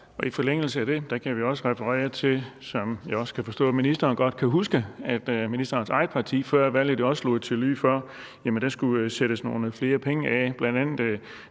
I forlængelse af det kan vi også referere til – som jeg også kan forstå at ministeren godt kan huske – at ministerens eget parti før valget også slog til lyd for, at der skulle sættes nogle flere penge af. Det blev